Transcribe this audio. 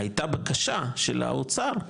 הייתה בקשה של האוצר,